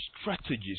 strategies